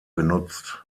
benutzt